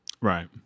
Right